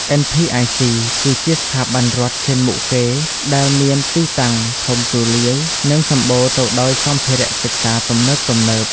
NPIC គឺជាស្ថាប័នរដ្ឋឈានមុខគេដែលមានទីតាំងធំទូលាយនិងសម្បូរទៅដោយសម្ភារសិក្សាទំនើបៗ។